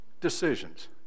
decisions